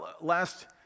last